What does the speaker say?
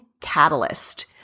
catalyst